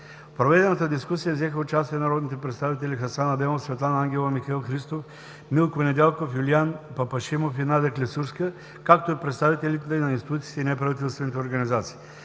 проведената дискусия взеха участие народните представители Хасан Адемов, Светлана Ангелова, Михаил Христов, Милко Недялков, Юлиян Папашимов и Надя Клисурска, както и представители на институциите и неправителствените организации.